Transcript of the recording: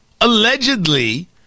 allegedly